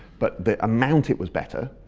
but the amount it was better.